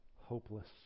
hopeless